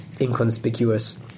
inconspicuous